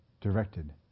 directed